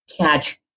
catch